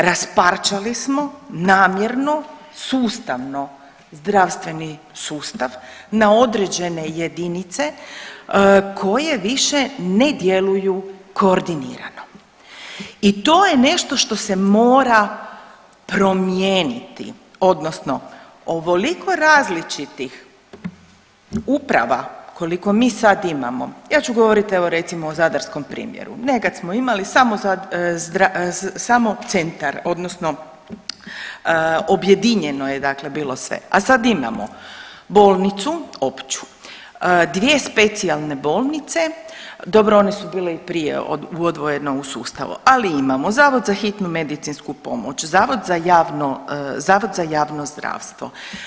Rasparčali smo namjerno sustavno zdravstveni sustav na određene jedinice koje više ne djeluju koordinirano i to je nešto što se mora promijeniti odnosno ovoliko različitih uprava koliko mi sad imamo, ja ću govoriti, evo o zadarskom primjeru, nekad smo imali samo centar odnosno objedinjeno je dakle bilo sve, a sad imamo bolnicu opću, dvije specijalne bolnice, dobro one su bile i prije odvojeno u sustavu, ali imamo Zavod za hitnu medicinsku pomoć, Zavod za javno zdravstvo.